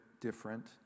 different